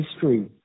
history